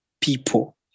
people